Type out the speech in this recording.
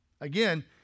Again